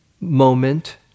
moment